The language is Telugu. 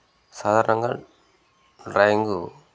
సాధారణంగా డ్రాయింగు